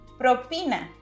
Propina